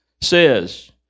says